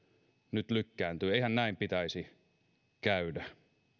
nyt lykkääntyy eihän näin pitäisi käydä